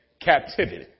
captivity